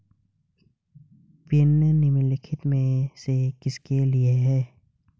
Pin निम्नलिखित में से किसके लिए है?